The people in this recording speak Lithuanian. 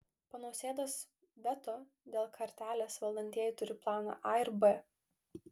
po nausėdos veto dėl kartelės valdantieji turi planą a ir b